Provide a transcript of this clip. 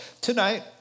tonight